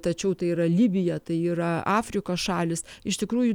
tačiau tai yra libija tai yra afrikos šalys iš tikrųjų